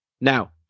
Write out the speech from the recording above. Now